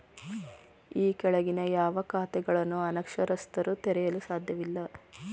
ಈ ಕೆಳಗಿನ ಯಾವ ಖಾತೆಗಳನ್ನು ಅನಕ್ಷರಸ್ಥರು ತೆರೆಯಲು ಸಾಧ್ಯವಿಲ್ಲ?